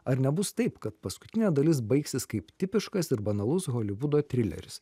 ar nebus taip kad paskutinė dalis baigsis kaip tipiškas ir banalus holivudo trileris